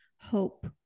hope